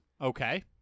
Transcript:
Okay